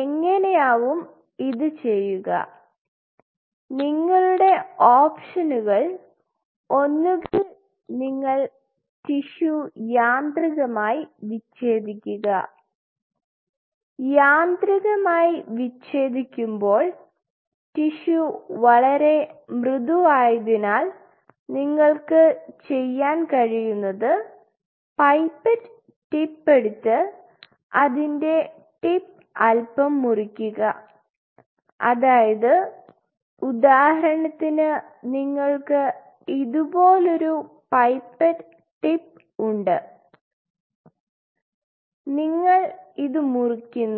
എങ്ങനെയാവും ഇത് ചെയ്യുക നിങ്ങളുടെ ഓപ്ഷനുകൾ ഒന്നുകിൽ നിങ്ങൾ ടിഷ്യു യാന്ത്രികമായി വിച്ഛേദിക്കുക യാന്ത്രികമായി വിച്ഛേദിക്കുമ്പോൾ ടിഷ്യു വളരെ മൃദുവായതിനാൽ നിങ്ങൾക്ക് ചെയ്യാൻ കഴിയുന്നത് പൈപ്പറ്റ് ടിപ്പ് എടുത്ത് അതിൻറെ ടിപ്പ് അല്പം മുറിക്കുക അതായത് ഉദാഹരണത്തിന് നിങ്ങൾക്ക് ഇതുപോലൊരു പൈപ്പറ്റ് ടിപ്പ് ഉണ്ട് നിങ്ങൾ ഇത് മുറിക്കുന്നു